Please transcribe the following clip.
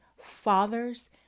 father's